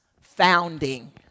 founding